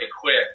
quick